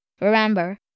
Remember